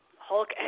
Hulk